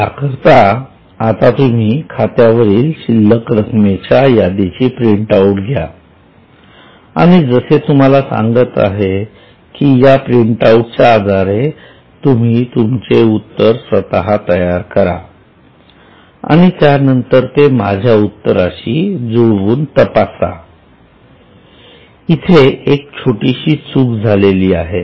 याकरिता आता तुम्ही खात्यावरील शिल्लक रकमेच्या यादीची प्रिंट आउट घ्या आणि जसे तुम्हाला सांगत आहे की या प्रिंटाऊट आधारे तुम्ही तुमचे उत्तर स्वतः तयार करा आणि त्यानंतर ते माझ्या उत्तराशी जुळवून तपासा इथे एक छोटीशी चूक झालेली आहे